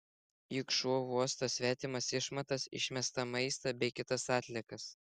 juk šuo uosto svetimas išmatas išmestą maistą bei kitas atliekas